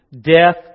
death